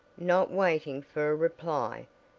not waiting for a reply,